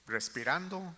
Respirando